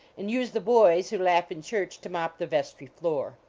and use the boys who laugh in church to mop the vestry floor.